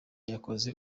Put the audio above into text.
yakoze